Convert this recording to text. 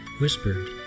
whispered